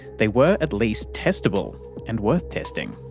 they were at least testable and worth testing.